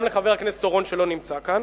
אני אומר גם לחבר הכנסת אורון, שלא נמצא כאן,